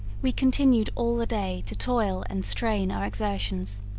we continued all the day to toil and strain our exertions,